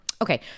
okay